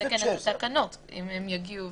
לתקן את התקנות, אם הם יגיעו.